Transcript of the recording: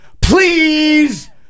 Please